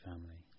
family